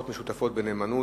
אין מתנגדים ואין נמנעים.